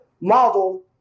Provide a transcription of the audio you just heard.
model